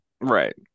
right